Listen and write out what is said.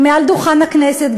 מעל דוכן הכנסת,